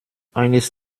eines